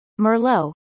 merlot